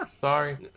Sorry